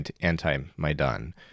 anti-Maidan